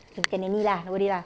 can can any lah no worry lah